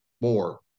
more